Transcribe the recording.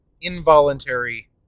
involuntary